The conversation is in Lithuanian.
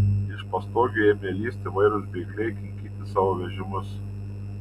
iš pastogių ėmė lįsti įvairūs bėgliai kinkyti savo vežimus